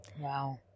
Wow